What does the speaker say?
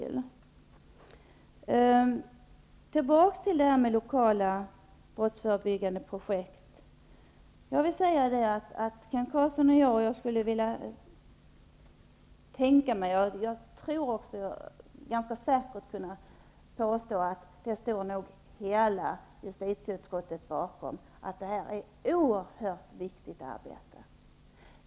Så tillbaka till detta med lokala brottsförebyggande projekt. Jag kan ganska säkert påstå att hela justitieutskottet tycker att det här är ett oerhört viktigt arbete.